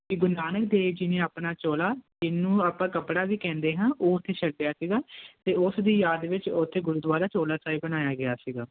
ਗੁਰੂ ਨਾਨਕ ਦੇਵ ਜੀ ਨੇ ਆਪਣਾ ਚੋਲਾ ਜਿਹਨੂੰ ਆਪਾਂ ਕੱਪੜਾ ਵੀ ਕਹਿੰਦੇ ਹਾਂ ਉਹ ਉਥੇ ਛੱਡਿਆ ਸੀਗਾ ਤੇ ਉਸ ਦੀ ਯਾਦ ਵਿੱਚ ਉਥੇ ਗੁਰਦੁਆਰਾ ਚੋਲਾਂ ਸਾਹਿਬ ਬਣਾਇਆ ਗਿਆ ਸੀਗਾ